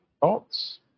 thoughts